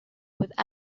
with